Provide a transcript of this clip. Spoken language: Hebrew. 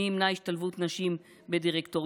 מי ימנע השתלבות נשים בדירקטוריונים?